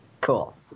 cool